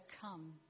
come